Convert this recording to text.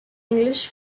english